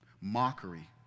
mockery